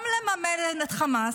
גם לממן את חמאס,